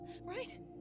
Right